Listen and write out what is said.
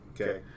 Okay